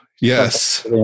yes